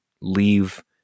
leave